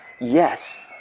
Yes